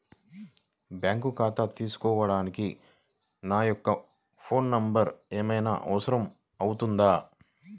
Bank ఖాతా తీసుకోవడానికి నా యొక్క ఫోన్ నెంబర్ ఏమైనా అవసరం అవుతుందా?